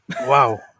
Wow